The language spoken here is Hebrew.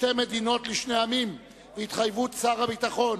שתי המדינות לשני עמים והתחייבות שר הביטחון